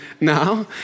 now